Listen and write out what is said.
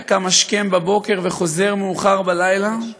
היה קם השכם בבוקר וחוזר מאוחר בלילה.